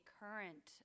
current